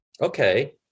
Okay